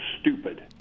stupid